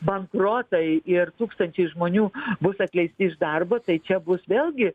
bankrotai ir tūkstančiai žmonių bus atleisti iš darbo tai čia bus vėlgi